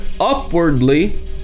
upwardly